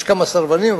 יש כמה סרבנים,